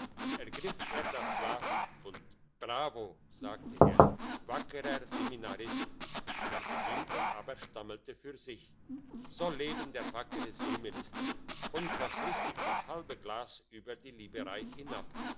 ergriff er das glas und bravo sagte er wackerer seminarist der bediente aber stammelte für sich soll leben der wackere seeminister und goss richtig das halbe glas über die liberei hinab